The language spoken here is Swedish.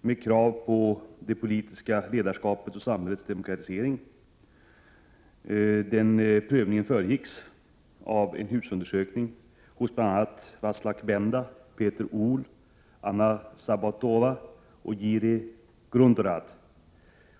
med krav på det politiska ledarskapets och samhällets demokratisering, föregicks av husundersökning hos bl.a. Vaclav Benda, Peter Uhl, Anna Sabatova och Jira Gruntorad.